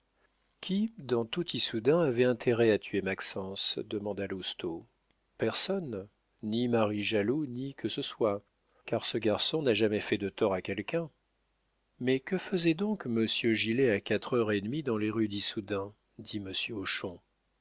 qui dans tout issoudun avait intérêt à tuer maxence demanda lousteau personne ni mari jaloux ni qui que ce soit car ce garçon n'a jamais fait de tort à quelqu'un mais que faisait donc monsieur gilet à quatre heures et demie dans les rues d'issoudun dit monsieur